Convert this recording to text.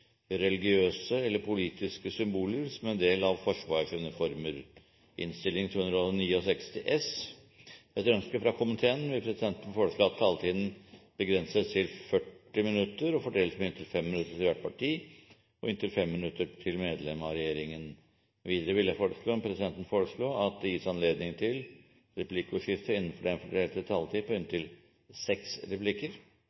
vil presidenten foreslå at taletiden begrenses til 40 minutter og fordeles med inntil 5 minutter til hvert parti og inntil 5 minutter til medlem av regjeringen. Videre vil presidenten foreslå at det gis anledning til replikkordskifte på inntil seks replikker med svar etter innlegg fra medlem av regjeringen innenfor den fordelte taletid. Videre blir det foreslått at de som måtte tegne seg på